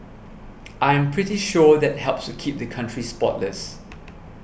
I'm pretty sure that helps to keep the country spotless